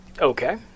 Okay